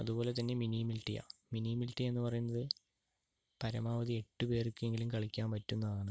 അതുപോലെ തന്നെ Mini Militia Mini Militia എന്ന് പറയുന്നത് പരമാവധി എട്ട് പേർക്കെങ്കിലും കളിക്കാൻ പറ്റുന്നതാണ്